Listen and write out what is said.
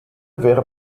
wäre